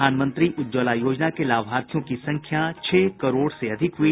प्रधानमंत्री उज्ज्वला योजना के लाभार्थियों की संख्या छह करोड़ से अधिक हुई